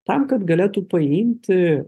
tam kad galėtų paimti